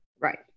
Right